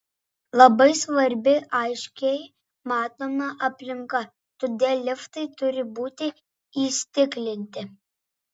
labai svarbi aiškiai matoma aplinka todėl liftai turi būti įstiklinti